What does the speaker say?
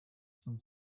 from